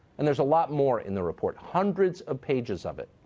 and there's a lot more in the report. hundreds of pages of it.